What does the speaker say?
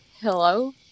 Hello